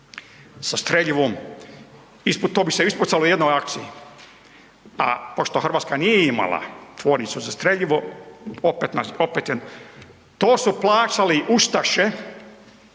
sa streljivom i to bi se ispucalo u jednoj akciji, a pošto RH nije imala tvornicu za streljivo opet nas, opet je, to su plaćali ustaše,